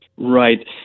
Right